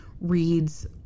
reads